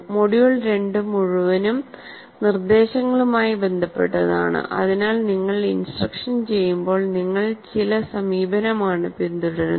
module 2 മുഴുവനും നിർദ്ദേശങ്ങളുമായി ബന്ധപ്പെട്ടതാണ് അതിനാൽ നിങ്ങൾ ഇൻസ്ട്രക്ഷൻ ചെയ്യുമ്പോൾ നിങ്ങൾ ചില സമീപനമാണ് പിന്തുടരുന്നത്